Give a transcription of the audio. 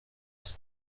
isi